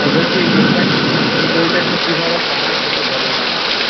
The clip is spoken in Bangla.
আর বলছি এই দইটা এই দইটা একটু কীভাবে বানান যদি বলেন আর কি